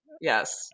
Yes